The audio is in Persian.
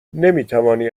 نمیتوانی